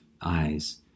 eyes